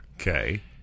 Okay